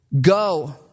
go